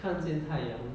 看见太阳